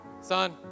son